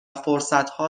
فرصتها